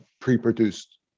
pre-produced